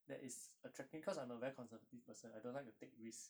that is attracting cause I'm a very conservative person I don't like to take risk